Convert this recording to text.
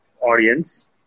audience